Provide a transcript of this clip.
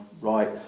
right